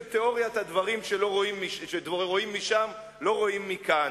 תיאוריית הדברים שרואים משם לא רואים מכאן.